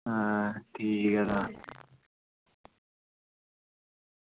आं ठीक ऐ तां